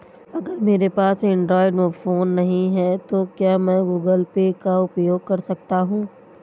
अगर मेरे पास एंड्रॉइड फोन नहीं है तो क्या मैं गूगल पे का उपयोग कर सकता हूं?